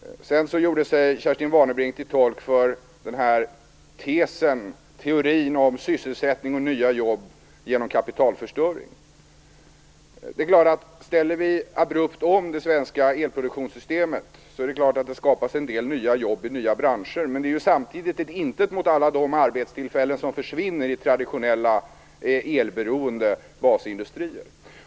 Kerstin Warnerbring gjorde sig till tolk för teorin om sysselsättning och nya jobb genom kapitalförstöring. Om vi abrupt ställer om det svenska elproduktionssystemet skapas självklart en del nya jobb i nya branscher. Men samtidigt är det intet jämfört med alla de arbetstillfällen som försvinner i traditionella elberoende basindustrier.